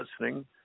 listening